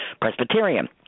Presbyterian